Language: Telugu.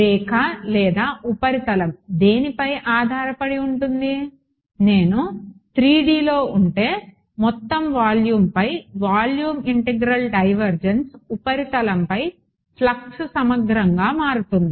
రేఖ లేదా ఉపరితలం దేనిపై ఆధారపడి ఉంటుంది నేను 3Dలో ఉంటే మొత్తం వాల్యూమ్పై వాల్యూమ్ ఇంటిగ్రల్ డైవర్జెన్స్ ఉపరితలంపై ఫ్లక్స్ సమగ్రంగా మారుతుంది